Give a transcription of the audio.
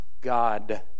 God